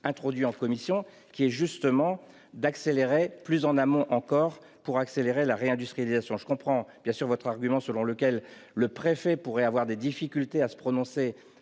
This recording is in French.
introduit en commission, qui est d'accélérer plus en amont encore pour faciliter la réindustrialisation. Je comprends votre argument selon lequel le préfet pourrait avoir des difficultés à se prononcer